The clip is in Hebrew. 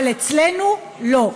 אבל אצלנו, לא.